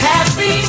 Happy